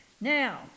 Now